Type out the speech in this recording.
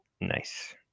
Nice